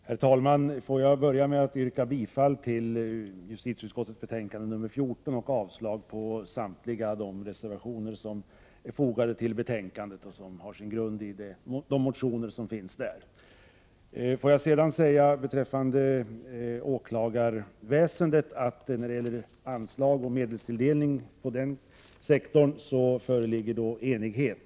Herr talman! Jag vill börja med att yrka bifall till hemställan i justitieutskottets betänkande 14 och avslag på samtliga reservationer som har fogats till betänkandet. När det gäller anslag och medelstilldelning i fråga om åklagarväsendet föreligger det enighet.